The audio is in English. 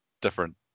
different